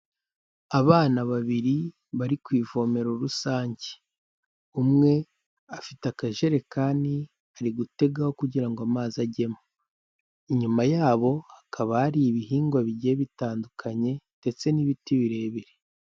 Abana babiri bari ku ivomero rusange, umwe afite akajerekani ari gutegaho kugira ngo amazi ajyemo, inyuma yabo hakaba hari ibihingwa bigiye bitandukanye ndetse n'ibiti birebire.